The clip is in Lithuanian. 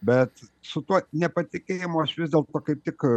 bet su tuo nepatikėjimu aš vis dėlto kaip tik